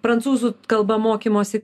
prancūzų kalba mokymosi